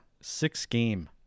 six-game